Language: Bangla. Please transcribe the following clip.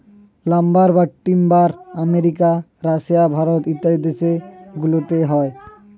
লাম্বার বা টিম্বার আমেরিকা, রাশিয়া, ভারত ইত্যাদি দেশ গুলোতে হয়